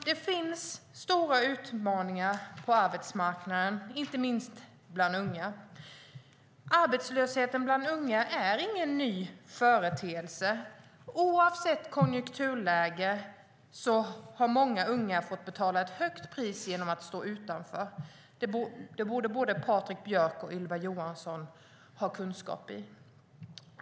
Det finns stora utmaningar på arbetsmarknaden, inte minst bland unga. Ungdomsarbetslösheten är ingen ny företeelse. Oavsett konjunkturläge har många unga fått betala ett högt pris genom att stå utanför arbetsmarknaden. Det borde både Patrik Björck och Ylva Johansson ha kunskap om.